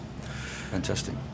fantastic